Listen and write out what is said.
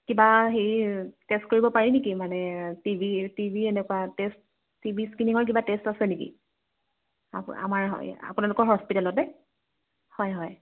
কিবা হেৰি টেষ্ট কৰিব পাৰি নেকি মানে টিবি টিবি এনেকুৱা টেষ্ট টিবি স্কেনিঙৰ কিবা টেষ্ট আছে নেকি আমাৰ আপোনালোকৰ হস্পিটলতে হয় হয়